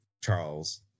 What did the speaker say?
Charles